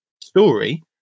story